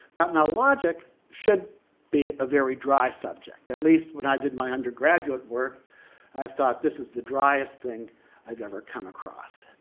now logic should be a very dry subject. at least, when i did my undergraduate work i thought this is the driest thing i've ever come across.